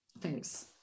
Thanks